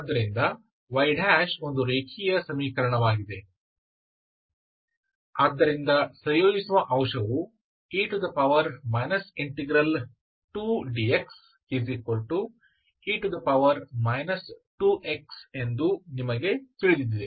ಆದ್ದರಿಂದ y ಒಂದು ರೇಖೀಯ ಸಮೀಕರಣವಾಗಿದೆ ಆದ್ದರಿಂದ ಸಂಯೋಜಿಸುವ ಅಂಶವು e ∫2dxe 2x ಎಂದು ನಿಮಗೆ ತಿಳಿದಿದೆ